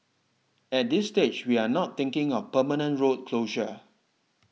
at this stage we are not thinking of permanent road closure